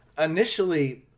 Initially